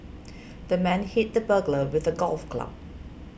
the man hit the burglar with a golf club